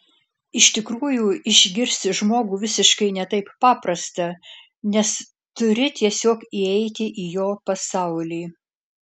iš tikrųjų išgirsti žmogų visiškai ne taip paprasta nes turi tiesiog įeiti į jo pasaulį